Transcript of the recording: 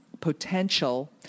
potential